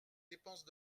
dépenses